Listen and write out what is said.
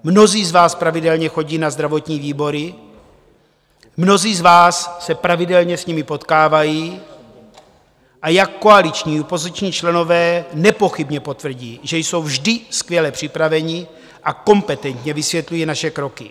Mnozí z vás pravidelně chodí na zdravotní výbory, mnozí z vás se pravidelně s nimi potkávají, a jak koaliční, tak opoziční členové nepochybně potvrdí, že jsou vždy skvěle připraveni, a kompetentně vysvětlují naše kroky.